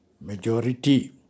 majority